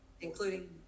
Including